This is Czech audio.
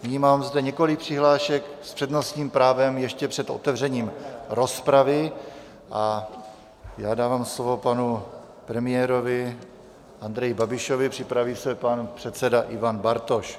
Nyní mám zde několik přihlášek s přednostním právem ještě před otevřením rozpravy a já dávám slovo panu premiérovi Andreji Babišovi, připraví se pan předseda Ivan Bartoš.